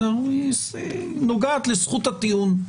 היא נוגעת לזכות הטיעון,